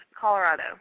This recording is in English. Colorado